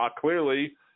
clearly